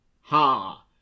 Ha